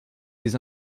ses